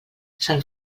sant